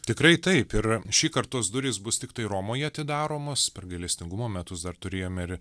tikrai taip ir šįkart tos durys bus tiktai romoje atidaromos per gailestingumo metus dar turėjom ir